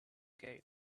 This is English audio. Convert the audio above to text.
gale